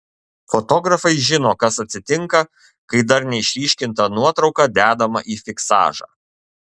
fotografai žino kas atsitinka kai dar neišryškinta nuotrauka dedama į fiksažą